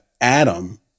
Adam